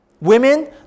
Women